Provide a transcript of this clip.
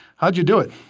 how did you do it?